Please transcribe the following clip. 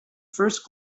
first